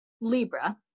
Libra